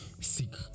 seek